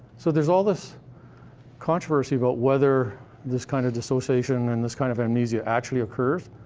so there's all this controversy about whether this kind of dissociation and this kind of amnesia actually occurs.